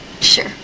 Sure